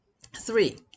Three